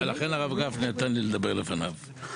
לכן שמחתי להתפטר